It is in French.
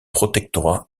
protectorat